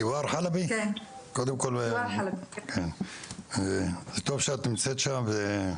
קודם כל טוב שאת נמצאת שם,